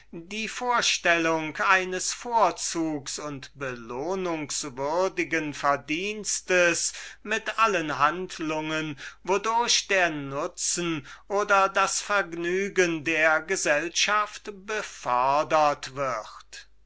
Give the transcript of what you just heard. die vorstellung eines vorzugs und belohnungswürdigen verdienstes mit allen handlungen wodurch der nutzen oder das vergnügen der gesellschaft befördert wird